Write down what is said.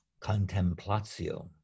contemplatio